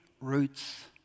roots